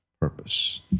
purpose